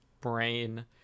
brain